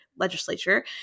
legislature